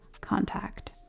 contact